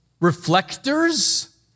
reflectors